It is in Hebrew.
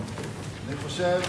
אני חושב